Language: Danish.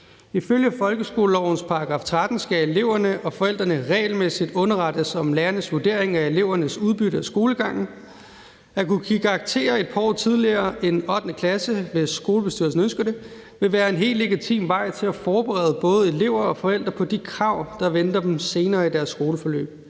Ifølge folkeskolelovens § 13 skal eleverne og forældrene regelmæssigt underrettes om lærernes vurdering af elevernes udbytte af skolegangen. At kunne give karakterer et par år tidligere end 8. klasse, hvis skolebestyrelsen ønsker det, vil være en helt legitim vej til at forberede både elever og forældre på de krav, der venter eleverne senere i deres skoleforløb.